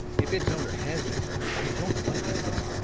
if its owner has been murdered, i don't wonder at it.